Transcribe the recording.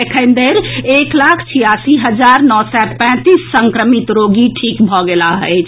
एखनधरि एक लाख छियासी हजार नओ सय पैंतीस संक्रमित रोगी ठीक भऽ गेलाह अछि